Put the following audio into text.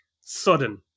sudden